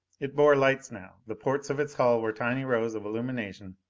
it bore lights now. the ports of its hull were tiny rows of illumination,